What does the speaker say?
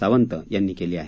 सावंत यांनी केली आहे